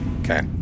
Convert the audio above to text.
Okay